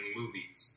movies